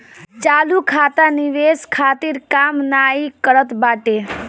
चालू खाता निवेश खातिर काम नाइ करत बाटे